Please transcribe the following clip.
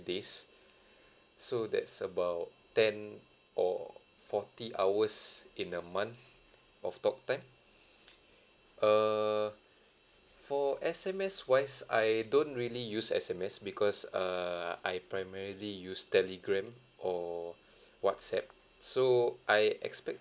days so that's about ten or forty hours in a month of talk time err for S_M_S wise I don't really use S_M_S because err I primarily use telegram or whatsapp so I expect